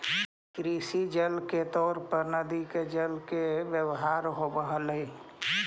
कृषि जल के तौर पर नदि के जल के व्यवहार होव हलई